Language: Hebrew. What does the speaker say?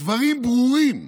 דברים ברורים,